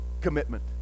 commitment